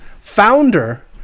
founder